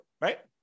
right